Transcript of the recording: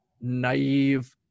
naive